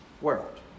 world